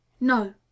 No